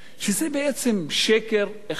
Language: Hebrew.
שזה בעצם שקר אחד גדול.